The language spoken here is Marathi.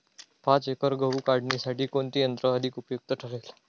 पाच एकर गहू काढणीसाठी कोणते यंत्र अधिक उपयुक्त ठरेल?